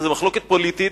זו מחלוקת פוליטית,